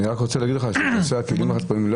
אני רק רוצה להגיד שבנושא הכלים החד-פעמיים לא